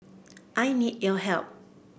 I need your help